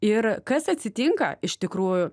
ir kas atsitinka iš tikrųjų